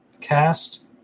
cast